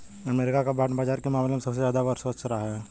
अमरीका का बांड बाजार के मामले में सबसे ज्यादा वर्चस्व रहा है